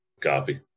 Copy